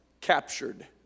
captured